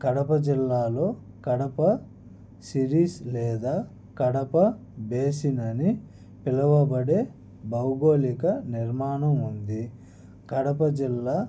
కడప జిల్లాలో కడప సిరీస్ లేదా కడప బేసినని పిలవబడే భౌగోళిక నిర్మాణం ఉంది కడప జిల్లా